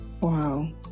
Wow